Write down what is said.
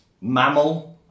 mammal